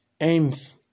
aims